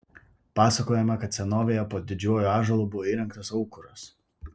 pasakojama kad senovėje po didžiuoju ąžuolu buvo įrengtas aukuras